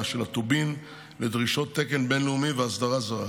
של הטובין לדרישות תקן בין-לאומי ואסדרה זרה,